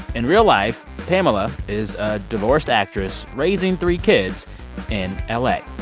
in real life, pamela is a divorced actress raising three kids in ah like